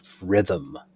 rhythm